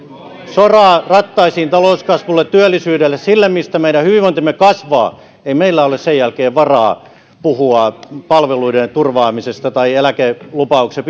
soraa rattaisiin talouskasvulle työllisyydelle sille mistä meidän hyvinvointimme kasvaa ei meillä ole sen jälkeen varaa puhua palveluiden turvaamisesta tai eläkelupauksen